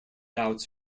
outs